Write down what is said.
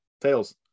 tails